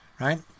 right